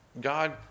God